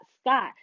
Scott